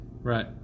Right